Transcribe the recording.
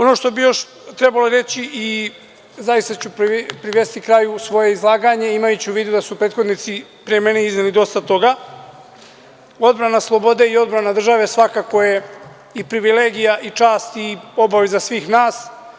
Ono što bi još trebao reći i zaista ću privesti kraju svoje izlaganje, imajući u vidu da su prethodnici pre mene izneli dosta toga, jeste da je odbrana slobode i odbrana države svakako privilegija, čast i obaveza svih nas.